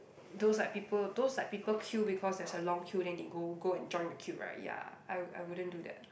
those like people those like people queue because there's a long queue then they go go and join the queue right ya I I wouldn't do that lah